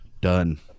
done